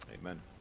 Amen